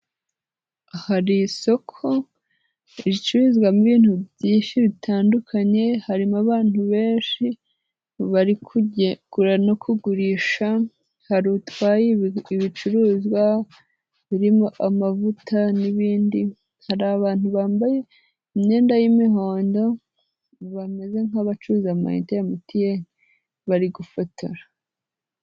Hari isoko ricuruzwamo byinshi bitandukanye, harimo abantu benshi, bari kugura no kugurisha hari utwaye ibicuruzwa, birimo amavuta n'ibindi, hari abantu bambaye imyenda y'imihondo, bameze nk'abacuruza amayinite ya MTN bari gufotora.